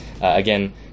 Again